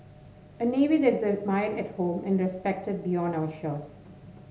a navy that is admired at home and respected beyond our shores